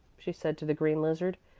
she said to the green lizard.